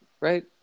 Right